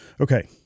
Okay